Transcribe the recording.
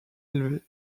élevé